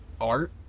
art